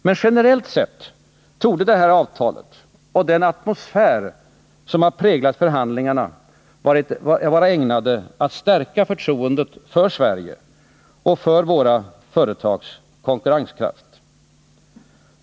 Men generellt sett torde det här avtalet och den atmosfär som har präglat förhandlingarna vara ägnade att stärka förtroendet för Sverige och för våra företags konkurrenskraft.